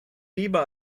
lieber